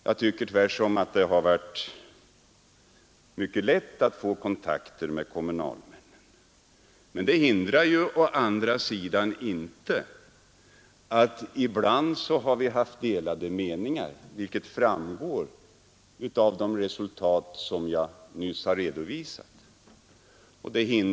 Jag tycker tvärtom att det har varit mycket lätt att få kontakter med kommunalmännen, men det hindrar å andra sidan inte att vi ibland har haft delade meningar, vilket framgår av de resultat som jag nyss har redovisat.